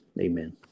Amen